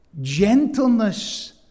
gentleness